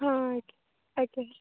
ହଁ ଆଜ୍ଞା ଆଜ୍ଞା